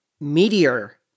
Meteor